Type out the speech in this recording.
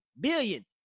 billion